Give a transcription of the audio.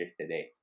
today